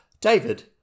David